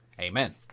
Amen